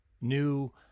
new